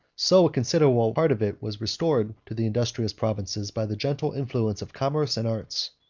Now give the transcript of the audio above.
so a considerable part of it was restored to the industrious provinces by the gentle influence of commerce and arts.